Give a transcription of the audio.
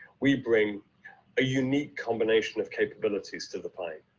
we bring a unique combination of capabilities to the fight,